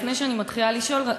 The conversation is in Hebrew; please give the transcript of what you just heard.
לפני שאני מתחילה לשאול,